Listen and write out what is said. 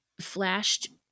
flashed